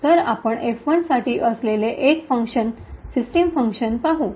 तर आपण F1 साठी असलेले एक फंक्शन सिस्टम फंक्शन पाहू